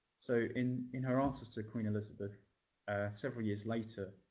so in in her answers to queen elizabeth several years later,